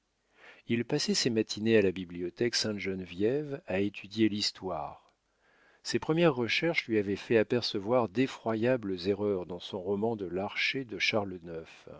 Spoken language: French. il passait ses matinées à la bibliothèque sainte-geneviève à étudier l'histoire ses premières recherches lui avaient fait apercevoir d'effroyables erreurs dans son roman de l'archer de